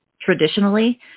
traditionally